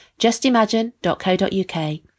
justimagine.co.uk